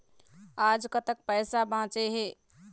आज कतक पैसा बांचे हे?